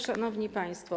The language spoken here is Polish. Szanowni Państwo!